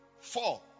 Four